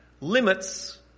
Limits